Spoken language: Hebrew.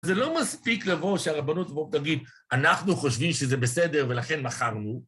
זה לא מספיק לבוא שהרבנות תבוא ותגיד, אנחנו חושבים שזה בסדר ולכן מכרנו.